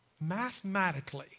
Mathematically